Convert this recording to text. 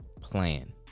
plan